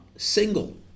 Single